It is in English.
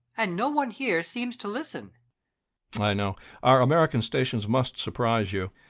and no one here seems to listen i know our american stations must surprise you.